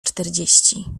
czterdzieści